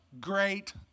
great